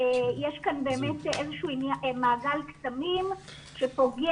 יש כאן באמת איזשהו מעגל קסמים שפוגש